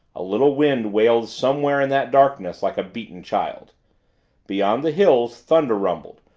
a little wind wailed somewhere in that darkness like a beaten child beyond the hills thunder rumbled,